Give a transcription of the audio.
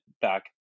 back